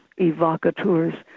evocateurs